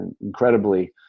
incredibly